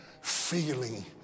feeling